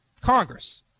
Congress